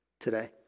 Today